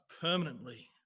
permanently